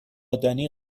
دنی